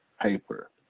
paper